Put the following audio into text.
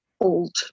old